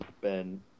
Ben